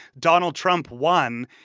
donald trump won.